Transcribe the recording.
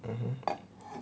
mmhmm